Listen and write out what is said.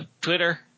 Twitter